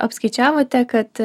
apskaičiavote kad